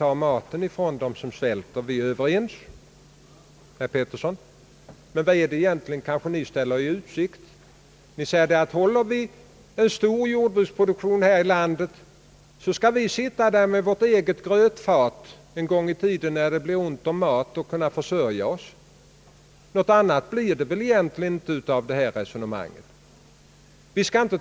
På den punkten är vi överens, herr Pettersson, men vad är det egentligen ni ställer i utsikt? Ni säger att om vi håller en stor jordbruksproduktion här i landet skall vi sitta med vårt eget grötfat en gång i tiden, när det blir ännu mera ont om mat, och kunna klara vår försörjning. Något annat blir det väl egentligen inte av ert resonemang.